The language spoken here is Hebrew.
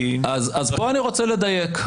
אז פה אני רוצה לדייק.